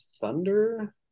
Thunder